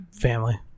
Family